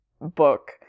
book